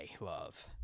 love